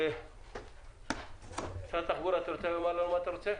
משרד התחבורה, בבקשה.